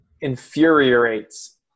Infuriates